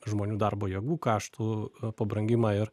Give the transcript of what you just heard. žmonių darbo jėgų kaštų pabrangimą ir